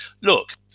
Look